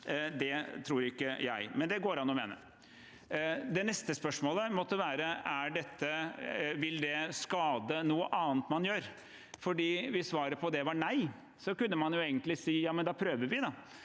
Det tror ikke jeg, men det går det an å mene. Det neste spørsmålet måtte være: Vil det skade noe annet man gjør? Hvis svaret på det var nei, kunne man egentlig si: Da prøver vi